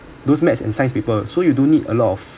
those math and science paper so you don't need a lot of